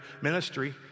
ministry